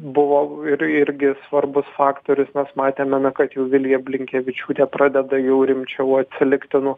buvo ir irgi svarbus faktorius nes matėme kad jau vilija blinkevičiūtė pradeda jau rimčiau atsilikti nuo